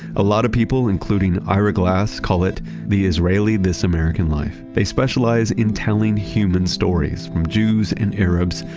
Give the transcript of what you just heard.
a lot of people, including ira glass, call it the israeli this american life. they specialize in telling human stories from jews and arabs,